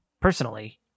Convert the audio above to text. Personally